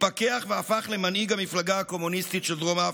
התפכח והפך למנהיג המפלגה הקומוניסטית של דרום אפריקה.